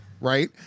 right